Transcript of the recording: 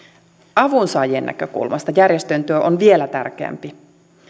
avun saajien näkökulmasta järjestöjen työ on vielä tärkeämpi